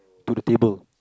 to the table